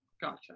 Gotcha